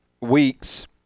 weeks